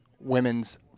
women's